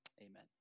amen